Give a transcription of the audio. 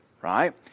right